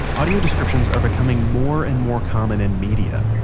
audio descriptions are becoming more and more common in media,